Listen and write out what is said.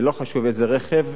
ולא חשוב איזה רכב,